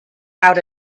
out